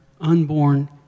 unborn